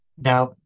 Now